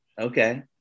Okay